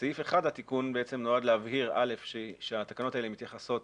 בסעיף 1 התיקון נועד להבהיר שהתקנות האלה מתייחסות